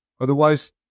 Otherwise